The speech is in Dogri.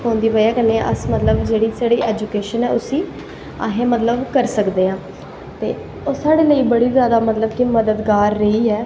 फोन दी बज़ह् कन्नैं अस मतलव साढ़ी जेह्ड़ी साढ़ी ऐजुकेशन ऐ उसी अस मतलव करी सकदे हां ते साढ़े लेई मतलव कि बड़ी जादा मददगार रेही ऐ